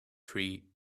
tree